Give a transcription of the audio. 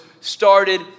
started